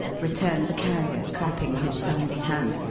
returned the carrier, clapping his sounding hands.